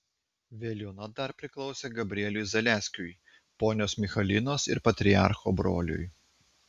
veliuona dar priklausė gabrieliui zaleskiui ponios michalinos ir patriarcho broliui